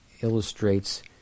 illustrates